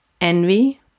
envy